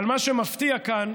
אבל מה שמפתיע כאן,